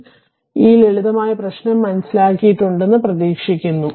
അതിനാൽ ഈ ലളിതമായ പ്രശ്നം മനസ്സിലാക്കിയിട്ടുണ്ടെന്ന് പ്രതീക്ഷിക്കുന്നു